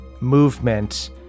movement